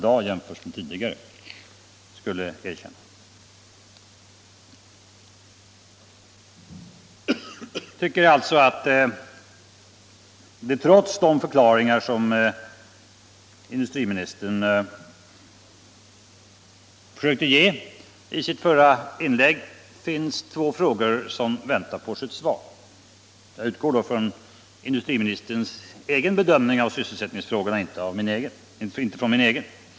Jag tycker alltså fortfarande att två frågor väntar på sitt svar. Jag utgår då från industriministerns egen bedömning av sysselsättningsfrågorna, inte från min.